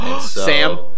Sam